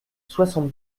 soixante